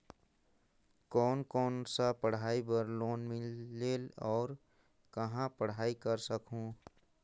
कोन कोन सा पढ़ाई बर लोन मिलेल और कहाँ आवेदन कर सकहुं?